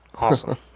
awesome